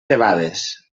debades